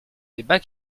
débat